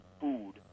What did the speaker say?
food